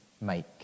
make